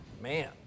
Man